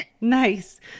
Nice